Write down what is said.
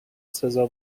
سزا